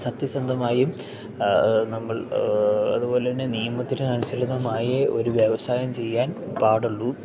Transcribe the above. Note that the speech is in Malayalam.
സത്യസന്ധമായും നമ്മൾ അതുപോലെ തന്നെ നിയമത്തിന് അനുസരിതമായി ഒരു വ്യവസായം ചെയ്യാൻ പാടുള്ളൂ